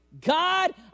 God